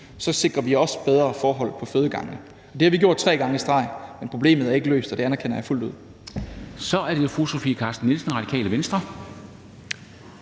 sikrer vi også bedre forhold på fødegangene, og det har vi gjort tre gange i streg. Men problemet er ikke løst, og det anerkender jeg fuldt ud. Kl. 09:26 Formanden (Henrik Dam Kristensen):